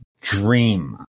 dream